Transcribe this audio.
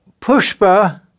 Pushpa